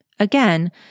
Again